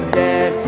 dead